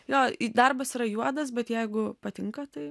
jo į darbas yra juodas bet jeigu patinka tai